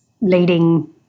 leading